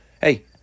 hey